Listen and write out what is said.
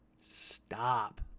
Stop